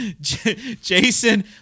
Jason